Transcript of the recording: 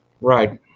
Right